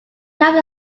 comes